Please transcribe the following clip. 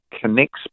connects